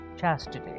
chastity